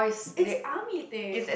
it's army thing